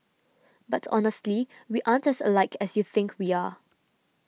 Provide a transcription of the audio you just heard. but honestly we aren't as alike as you think we are